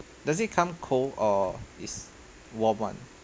does it come cold or is warm one